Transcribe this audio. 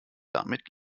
damit